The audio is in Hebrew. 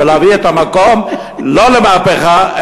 ולהביא את המקום לא למהפכה,